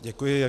Děkuji.